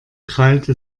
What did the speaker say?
krallte